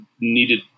needed